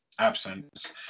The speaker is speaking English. absence